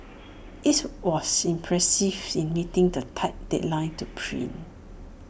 IT was impressive in meeting the tight deadline to print